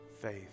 faith